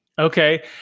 Okay